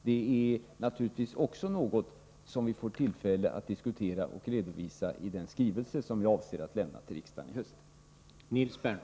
Det är naturligtvis också något som vi får tillfälle att diskutera och redovisa i den skrivelse som jag avser att lämna till riksdagen i höst.